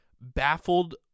baffled